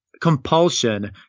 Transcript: compulsion